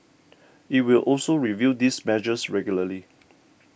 it will also review these measures regularly